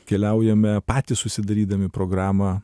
keliaujame patys susidarydami programą